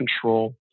control